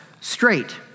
straight